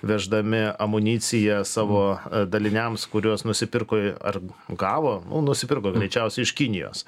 veždami amuniciją savo daliniams kuriuos nusipirko ar gavo nu nusipirko greičiausiai iš kinijos